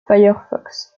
firefox